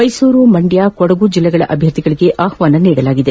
ಮೈಸೂರು ಮಂಡ್ಲ ಕೊಡಗು ಜಲ್ಲಿಗಳ ಅರ್ಧರ್ಥಿಗಳಿಗೆ ಆಹ್ವಾನ ನೀಡಲಾಗಿದೆ